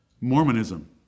Mormonism